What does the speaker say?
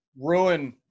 Ruin